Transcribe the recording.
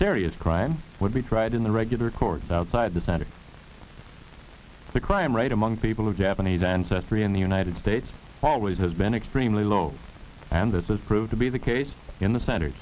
serious crime would be tried in the regular courts outside the center of the crime rate among people who japanese ancestry in the united states always has been extremely low and this is proved to be the case in the cent